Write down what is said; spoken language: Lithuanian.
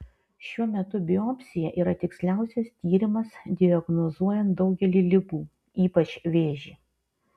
šiuo metu biopsija yra tiksliausias tyrimas diagnozuojant daugelį ligų ypač vėžį